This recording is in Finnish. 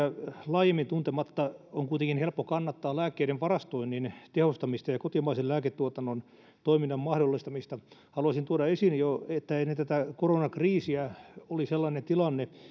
laajemmin tuntematta on kuitenkin helppo kannattaa lääkkeiden varastoinnin tehostamista ja kotimaisen lääketuotannon toiminnan mahdollistamista haluaisin tuoda esiin että jo ennen tätä koronakriisiä oli sellainen tilanne